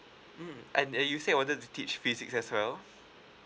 mm and uh you said you wanted to teach physics as well